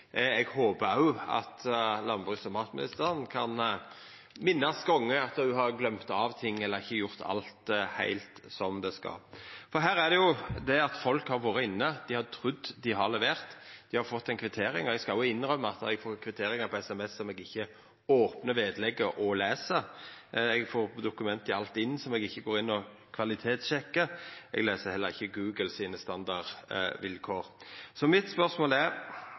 eg håpar òg at landbruks- og matministeren kan minnast gonger der ho har gløymt av ting eller ikkje gjort alt heilt som det skal vera. Her er det slik at folk har vore inne, dei har trudd dei har levert, og dei har fått ei kvittering. Eg skal jo innrømma at eg får kvitteringar på sms, men eg ikkje opnar vedlegget og les det. Eg får òg dokument i Altinn som eg ikkje går inn og kvalitetssjekkar, og eg les heller ikkje Googles standardvilkår. Så mitt spørsmål er: